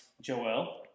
Joel